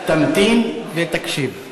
אתה מחפש, תמתין ותקשיב.